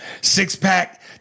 six-pack